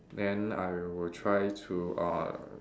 then I will try to uh